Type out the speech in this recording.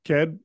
Ked